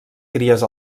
cries